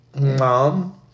mom